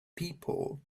people